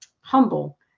humble